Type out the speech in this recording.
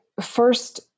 first